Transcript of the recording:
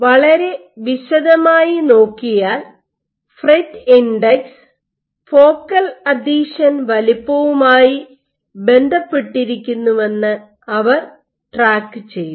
വളരെ വിശദമായി നോക്കിയാൽ ഫ്രെറ്റ് ഇൻഡെക്സ് ഫോക്കൽ അഥീഷൻ വലുപ്പവുമായി ബന്ധപ്പെട്ടിരിക്കുന്നുവെന്ന് അവർ ട്രാക്ക് ചെയ്തു